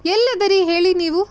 ಎಲ್ಲಿದ್ದೀರಿ ಹೇಳಿ ನೀವು